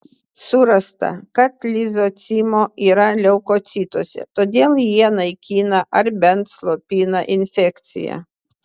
surasta kad lizocimo yra leukocituose todėl jie naikina ar bent slopina infekciją